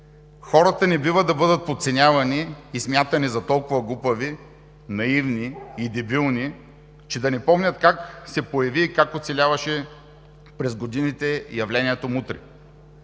Хората не бива да бъдат подценявани и смятани за толкова глупави, наивни и дебилни, че да не помнят как се появи и как оцеляваше през годините явлението мутри.